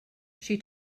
she